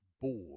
Board